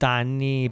anni